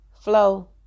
flow